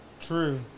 True